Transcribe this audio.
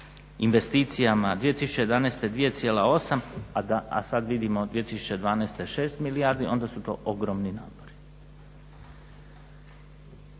investicijama, 2011. 2,8, a sada vidimo 2012. 6 milijardi onda su to ogromni napori.